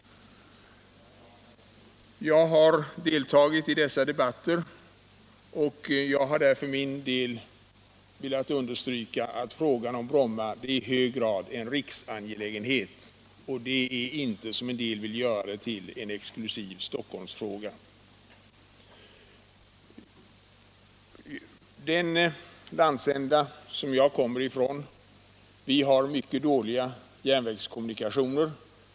Jag har deltagit i båda dessa debatter och därvid understrukit att frågan om Bromma flygplats i hög grad är en riksangelägenhet och inte, som en del vill göra den till, en exklusiv Stockholmsfråga. Den landsända som jag kommer ifrån — sydöstra Sverige — har mycket dåliga järnvägskommunikationer.